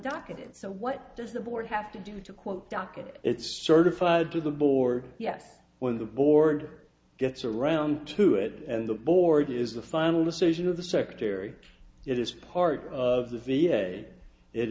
docketed so what does the board have to do to quote docketed it's certified to the board yes when the board gets around to it and the board is the final decision of the secretary it is part of the v a it